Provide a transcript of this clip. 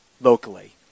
locally